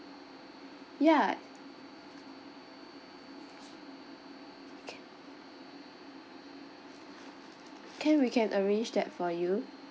ya can we can arrange that for you